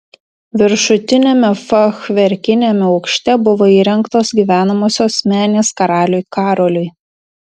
viršutiniame fachverkiniame aukšte buvo įrengtos gyvenamosios menės karaliui karoliui